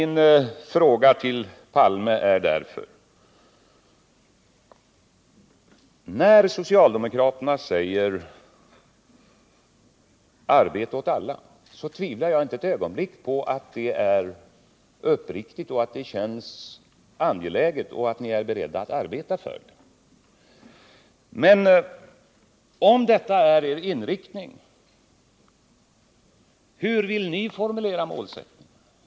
När socialdemokraterna säger ”arbete åt alla” tvivlar jag inte ett ögonblick på att det är uppriktigt, att det känns angeläget och att ni är beredda att arbeta för detta. Men mina frågor till Olof Palme är: Om detta är er inriktning, hur vill ni då formulera målsättningen?